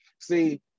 See